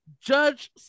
Judge